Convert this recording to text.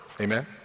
Amen